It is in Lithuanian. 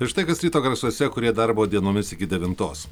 ir štai kas ryto garsuose kurie darbo dienomis iki devintos